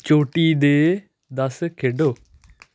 ਚੋਟੀ ਦੇ ਦਸ ਖੇਡੋ